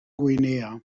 guinea